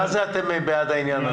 מה זה אתם בעד העניין הזה?